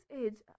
age